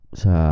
sa